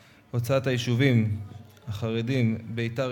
1133 ו-1134 בנושא: הוצאת היישובים החרדיים ביתר-עילית,